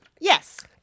Yes